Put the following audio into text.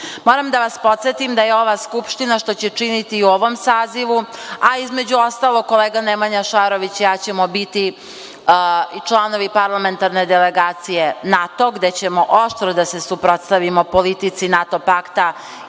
da vas podsetim da je ova Skupština, što će činiti i u ovom sazivu, a između ostalog kolega Nemanja Šarović i ja ćemo biti i članovi parlamentarne delegacije NATO, gde ćemo oštro da se suprotstavimo politici NATO pakta